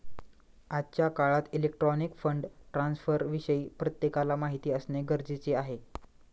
आजच्या काळात electronic fund ट्रान्स्फरविषयी प्रत्येकाला माहिती असणे गरजेचे आहे